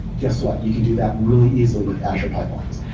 guess what? you can do that really easily with azure pipelines,